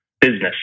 business